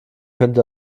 könnte